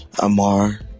Amar